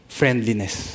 friendliness